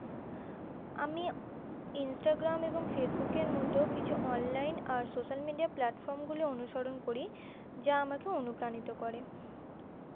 আমি ইনস্টাগ্রাম এবং ফেসবুকের মতো কিছু অনলাইন আর সোশ্যাল মিডিয়া প্ল্যাটফর্মগুলি অনুসরণ করি যা আমাকে অনুপ্রাণিত করে